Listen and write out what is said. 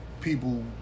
people